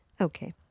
Okay